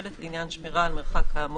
שלט לעניין שמירה על מרחק כאמור,